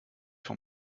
vom